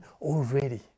already